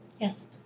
yes